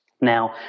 Now